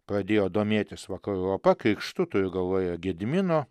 pradėjo domėtis vakarų europa krikštu turiu galvoje gedimino